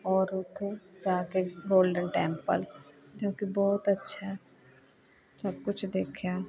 ਔਰ ਉੱਥੇ ਜਾ ਕੇ ਗੋਲਡਨ ਟੈਂਪਲ ਜੋ ਕਿ ਬਹੁਤ ਅੱਛਾ ਹੈ ਸਭ ਕੁਛ ਦੇਖਿਆ